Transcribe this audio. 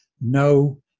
no